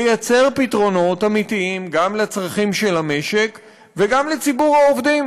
לייצר פתרונות אמיתיים גם לצרכים של המשק וגם לציבור העובדים